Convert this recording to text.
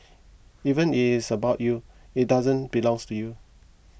even if it is about you it doesn't belong to you